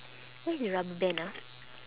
where's the rubber band ah